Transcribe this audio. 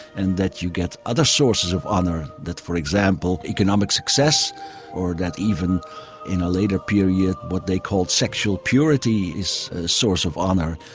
and that you get other sources of honour that for example economic success or that even in a later period what they called sexual purity is a source of honour,